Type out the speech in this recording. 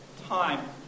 time